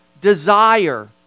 desire